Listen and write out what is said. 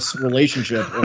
relationship